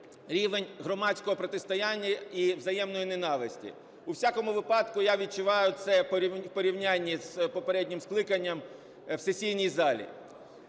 рівень громадського протистояння і взаємної ненависті. У всякому випадку я відчуваю це в порівнянні з попереднім скликанням в сесійній залі.